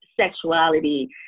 sexuality